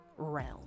realm